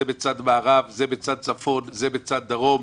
זה בצד מערב, זה בצד צפון, זה בצד דרום.